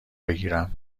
بگیرم